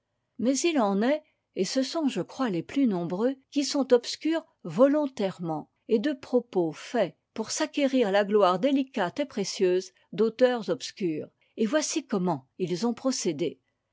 mais il en est et ce sont je crois les plus nombreux qui sont obscurs volontairement et de propos fait pour s'acquérir la gloire délicate et précieuse d'auteurs obscurs et voici comment ils ont procédé